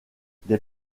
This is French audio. des